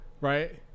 Right